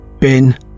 Bin